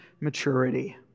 maturity